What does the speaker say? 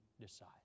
decide